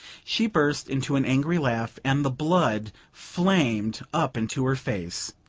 she burst into an angry laugh, and the blood flamed up into her face.